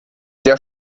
der